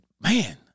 man